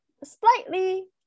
slightly